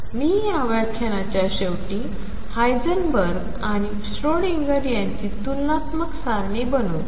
तर मी या व्याख्यानाच्या शेवटी हाइसेनबर्ग आणि श्रोडिंगर याची तुलनात्मक सारणी बनवू